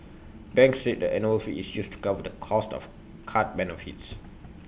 banks said the annual fee is used to cover the cost of card benefits